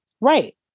Right